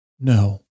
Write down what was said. no